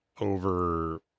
over